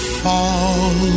fall